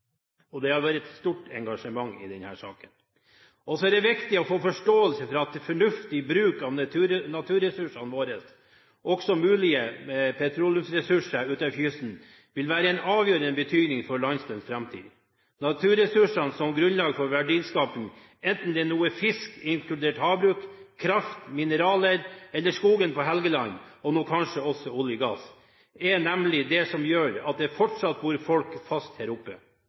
Og det har vært et stort engasjement i denne saken. Så er det viktig å få forståelse for at fornuftig bruk av naturressursene våre, også mulige petroleumsressurser utenfor kysten, vil være av avgjørende betydning for landsdelens framtid. Naturressursene som grunnlag for verdiskaping, enten det nå er fisk, inkludert havbruk, kraft, mineraler eller skogen på Helgeland, og nå kanskje også olje og gass, er nemlig det som gjør at det fortsatt bor folk fast her oppe.